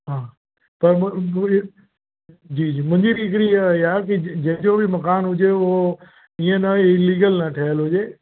हा पर मु मुंहिंजी जी जी मुंहिंजी बि हिकिड़ी इहो ई आहे की जंहिंजो बि मकानु हुजे उहो ईअं न इलीगल न ठहियलु हुजे